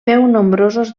nombrosos